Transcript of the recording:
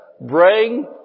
bring